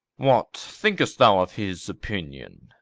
what think'st thou of his opinion?